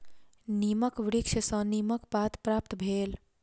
नीमक वृक्ष सॅ नीमक पात प्राप्त भेल